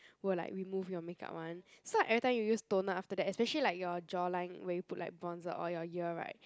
will like remove your makeup [one] so every time you use toner after that especially like your jawline where you put like bronzer or your ear [right]